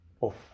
off